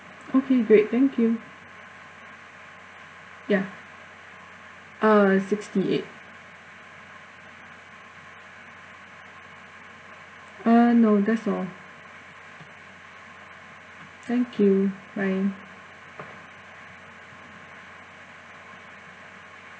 okay great thank you ya uh sixty eight uh no that's all thank you bye